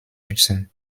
müssen